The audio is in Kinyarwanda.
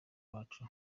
bacu